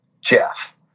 Jeff